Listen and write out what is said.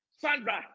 Sandra